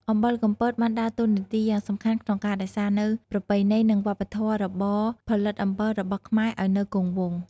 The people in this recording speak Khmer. អំបិលកំពតបានដើរតួនាទីយ៉ាងសំខាន់ក្នុងការរក្សានូវប្រពៃណីនិងវប្បធម៌នៃរបរផលិតអំបិលរបស់ខ្មែរឲ្យនៅគង់វង្ស។